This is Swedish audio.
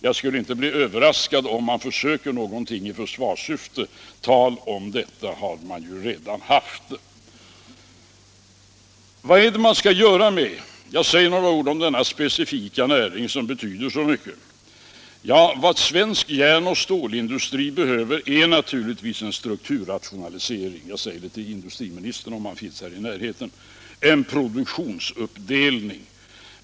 Jag skulle inte bli överraskad om man försökte någonting i försvarssyfte; man har ju redan talat om detta. Vad är det man skall göra? Jag vill säga några ord om denna specifika näring som betyder så mycket. Vad svensk järn och stålindustri behöver är naturligtvis en strukturrationalisering, en produktionsuppdelning — jag säger det till industriministern, om han finns här i närheten.